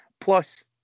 Plus